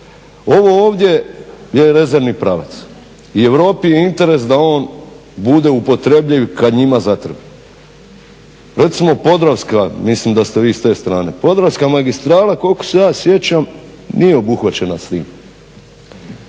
Ovo ovdje je rezervni pravac i Europi je interes da on bude upotrebljiv kad njima zatreba. Recimo podravska, mislim da ste vi s te strane, podravska magistrala koliko se ja sjećam nije obuhvaćena s tim,